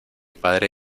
padre